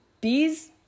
bees